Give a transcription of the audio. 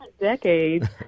decades